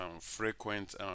frequent